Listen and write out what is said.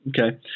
Okay